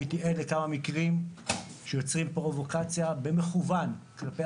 הייתי עד לכמה מקרים שיוצרים פרובוקציה במכוון כלפי